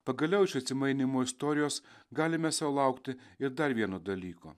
pagaliau iš atsimainymo istorijos galime sau laukti ir dar vieno dalyko